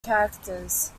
characters